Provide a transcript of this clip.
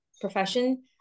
profession